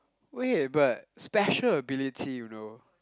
wait but special ability you know